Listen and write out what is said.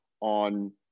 on